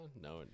No